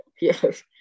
yes